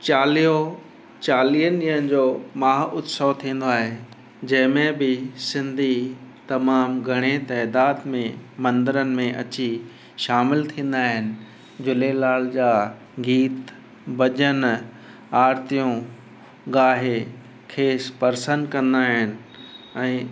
चालीहो चालीहनि ॾींहनि जो महाउत्सव थींदो आहे जंहिंमें बि सिंधी तमामु घणे तइदाद में मंदरनि में अची शामिलु थींदा आहिनि झूलेलाल जा गीत भॼन आरितियूं ॻाए खेस परसन कंदा आहिनि ऐं